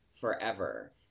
forever